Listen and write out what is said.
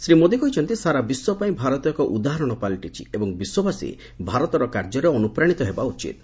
ଶ୍ରୀ ମୋଦୀ କହିଛନ୍ତି ସାରା ବିଶ୍ୱ ପାଇଁ ଭାରତ ଏକ ଉଦାହରଣ ପାଲଟିଛି ଏବଂ ବିଶ୍ୱବାସୀ ଭାରତର କାର୍ଯ୍ୟରେ ଅନୁପ୍ରାଣିତ ହେବା ଉଚିତ୍